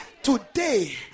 today